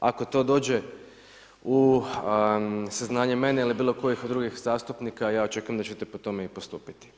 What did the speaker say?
Ako to dođe u saznanje mene ili bilo kojih drugih zastupnika ja očekujem da ćete i po tome i postupiti.